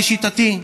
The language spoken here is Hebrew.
לשיטתי.